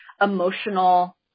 emotional